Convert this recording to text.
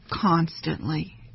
constantly